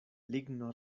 ligno